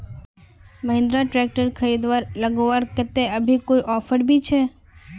Mahindra tractor खरीद लगवार केते अभी कोई ऑफर भी छे?